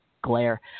glare